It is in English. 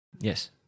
Yes